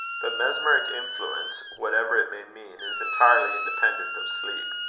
but mesmeric influence, whatever it may mean, is entirely independent of sleep.